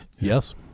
Yes